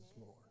Lord